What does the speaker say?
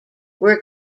were